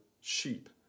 sheep